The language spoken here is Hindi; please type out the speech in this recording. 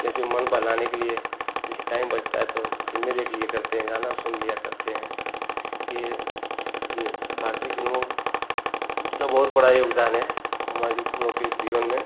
क्योंकि मन बहलाने के लिए जैसे टाइम बचता है तो फिल्में देख लिया करते हैं गाना सुन लिया करते हैं ये ये भारतीय फिल्मों इनका बहुत बड़ा योगदान है हमारी हम लोग के जीवन में